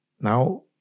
now